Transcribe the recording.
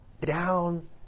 down